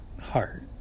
heart